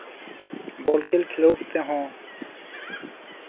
ᱵᱚᱞ ᱠᱷᱮᱞ ᱠᱷᱮᱸᱞᱳᱰ ᱛᱮᱦᱚᱸ